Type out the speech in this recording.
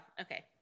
Okay